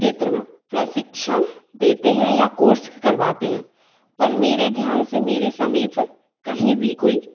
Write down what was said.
क्षेत्र में प्रशिक्षण देते हैं या कोर्स करवाते हैं पर मेरे ध्यान से मेरे समीप कहीं भी कोई